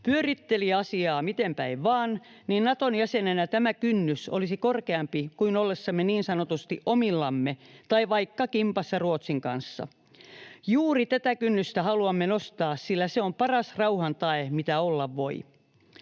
Pyöritteli asiaa miten päin vain, niin Naton jäsenenä tämä kynnys olisi korkeampi kuin ollessamme niin sanotusti omillamme tai vaikka kimpassa Ruotsin kanssa. Juuri tätä kynnystä haluamme nostaa, sillä se on paras rauhan tae, mitä olla voi.